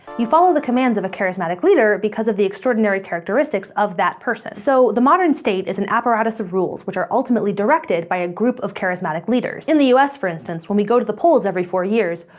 you follow the commands of a charismatic leader because of the extraordinary characteristics of that person. so the modern state is an apparatus of rules which are ultimately directed by a group of charismatic leaders. in the us, for instance, when we go to the polls every four years,